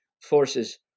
forces